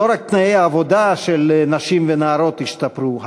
לא רק תנאי העבודה של נשים ונערות השתפרו,